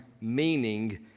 meaning